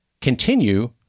continue